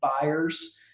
buyers